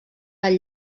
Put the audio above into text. del